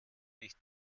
nicht